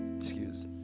excuse